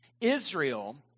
Israel